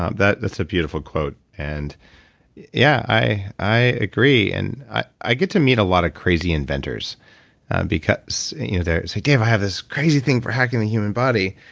um that's a beautiful quote and yeah, i i agree and i i get to meet a lot of crazy inventors because they say, dave, i have this crazy thing for hacking the human body.